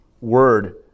word